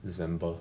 december